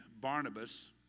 Barnabas